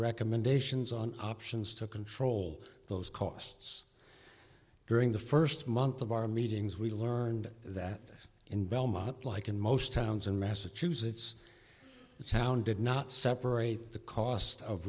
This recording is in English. recommendations on options to control those costs during the first month of our meetings we learned that in belmont like in most towns in massachusetts it's hounded not separate the cost of